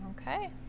Okay